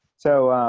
so